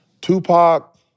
Tupac